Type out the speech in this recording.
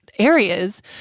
areas